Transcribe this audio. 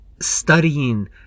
Studying